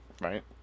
Right